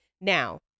Now